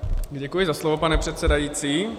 Děkuji za slovo, pane předsedající.